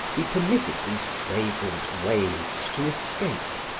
he permitted these fragrant waves to escape,